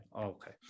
Okay